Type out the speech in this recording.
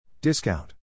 Discount